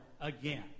again